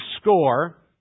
score